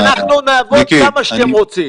אנחנו נעבוד כמה שאתם רוצים.